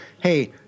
hey